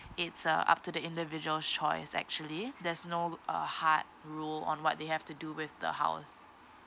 it's uh up to the individual choice actually there's no uh hard rule on what they have to do with the house